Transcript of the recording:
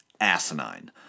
asinine